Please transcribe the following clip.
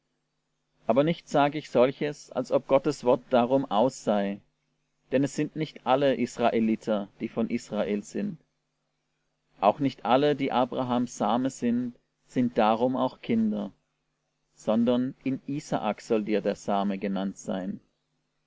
aber nicht sage ich solches als ob gottes wort darum aus sei denn es sind nicht alle israeliter die von israel sind auch nicht alle die abrahams same sind sind darum auch kinder sondern in isaak soll dir der same genannt sein